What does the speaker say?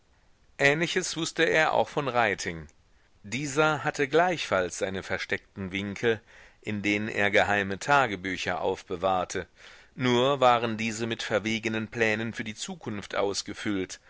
ähnliches wußte er auch von reiting dieser hatte gleichfalls seine versteckten winkel in denen er geheime tagebücher aufbewahrte nur waren diese mit verwogenen plänen für die zukunft ausgefüllt